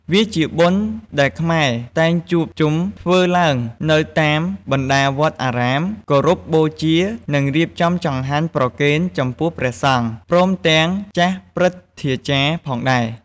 វាជាបុណ្យដែលខ្មែរតែងជួបជុំធ្វើឡើងនៅតាមបណ្ដាវត្តអារាម គោរពបូជានិងរៀបចំចង្ហាន់ប្រគេនចំពោះព្រះសង្ឃ ព្រមទាំងចាស់ព្រឹទ្ទាចារ្យផងដែរ។